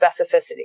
Specificity